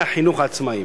זרמי החינוך העצמאיים.